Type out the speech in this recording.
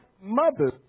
mothers